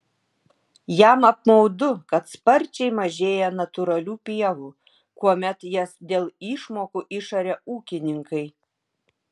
jam apmaudu kad sparčiai mažėja natūralių pievų kuomet jas dėl išmokų išaria ūkininkai